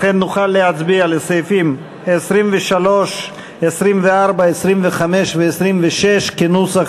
לכן נוכל להצביע על סעיפים 23, 24, 25 ו-26, כנוסח